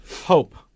hope